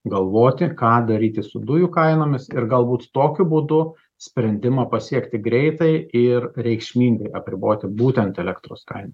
galvoti ką daryti su dujų kainomis ir galbūt tokiu būdu sprendimo pasiekti greitai ir reikšmingai apriboti būtent elektros kainą